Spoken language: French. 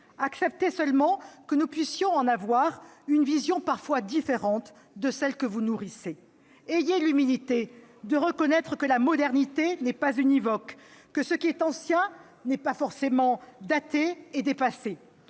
Acceptez seulement que nous puissions en avoir une vision parfois différente de celle que vous nourrissez. Ayez l'humilité de reconnaître que la modernité n'est pas univoque, que ce qui est ancien n'est pas forcément daté et dépassé.